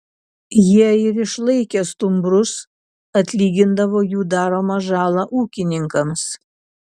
jie ir išlaikė stumbrus atlygindavo jų daromą žalą ūkininkams